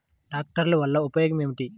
ట్రాక్టర్ల వల్ల ఉపయోగం ఏమిటీ?